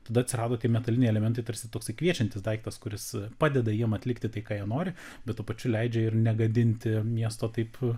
tada atsirado tie metaliniai elementai tarsi toks kviečiantis daiktas kuris padeda jiem atlikti tai ką jie nori bet tuo pačiu leidžia ir negadinti miesto taip